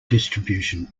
distribution